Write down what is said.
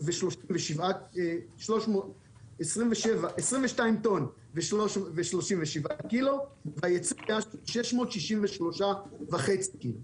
היה בכמות של 22 טון ו-37 ק"ג והייצוא היה של 673 ק"ג.